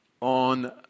on